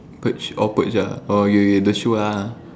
the purge awkward sia okay K the